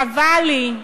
חבל לי,